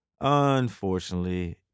Unfortunately